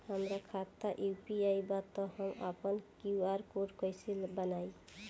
हमार खाता यू.पी.आई बा त हम आपन क्यू.आर कोड कैसे बनाई?